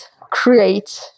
create